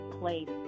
place